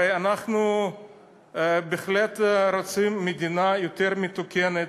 הרי אנחנו בהחלט רוצים מדינה יותר מתוקנת,